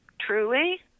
truly